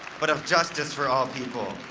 but of justice for all people.